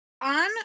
on